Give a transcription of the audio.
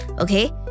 okay